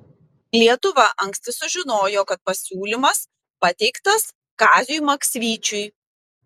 lietuva anksti sužinojo kad pasiūlymas pateiktas kaziui maksvyčiui